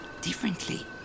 differently